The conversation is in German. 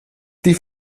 die